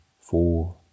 four